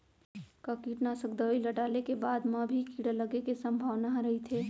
का कीटनाशक दवई ल डाले के बाद म भी कीड़ा लगे के संभावना ह रइथे?